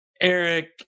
Eric